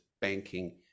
banking